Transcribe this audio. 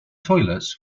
toilets